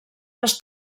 les